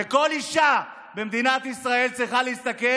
וכל אישה במדינת ישראל צריכה להסתכל